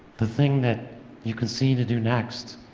the thing that you can see to do next,